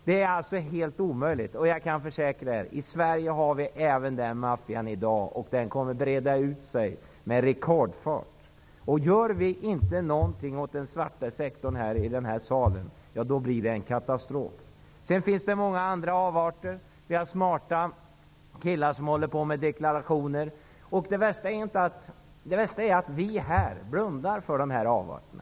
Det är alltså helt omöjligt att verka där, och jag kan försäkra att vi har den maffian även i Sverige i dag. Den kommer att breda ut sig med rekordfart. Gör vi i den här salen inte någonting åt den svarta sektorn, då blir det en katastrof. Det finns många andra avarter. Vi har smarta killar som håller på med deklarationer. Det värsta är att vi här blundar för dessa avarter.